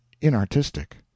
inartistic